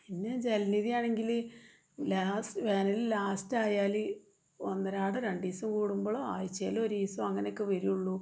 പിന്നെ ജലനിധിയാണെങ്കിൽ വേനൽ ലാസ്റ്റായാൽ ഒന്നരാടമോ രണ്ടുദിവസം കൂടുമ്പോഴോ ആഴ്ചയിൽ ഒരുദിവസമോ അങ്ങനെയൊക്കെ വരികയുള്ളൂ